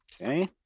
Okay